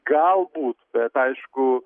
galbūt bet aišku